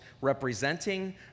representing